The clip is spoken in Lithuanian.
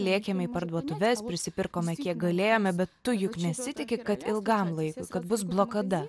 lėkėme į parduotuves prisipirkome kiek galėjome bet tu juk nesitiki kad ilgam laikui kad bus blokada